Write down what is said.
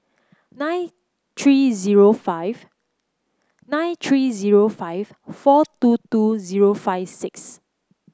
nine three zero five nine three zero five four two two zero five six